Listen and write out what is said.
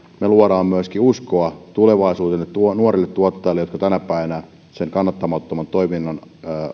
me luomme uskoa tulevaisuuteen myöskin nuorille tuottajille jotka ovat tänä päivänä sen kannattamattoman toiminnan